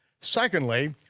secondly,